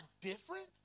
different